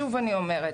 שוב אני אומרת: